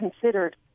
considered